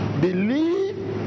Believe